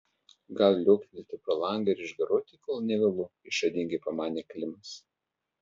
gal liuoktelėti pro langą ir išgaruoti kol ne vėlu išradingai pamanė klimas